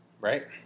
right